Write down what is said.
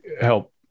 help